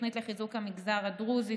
תוכנית לחיזוק המגזר הדרוזי,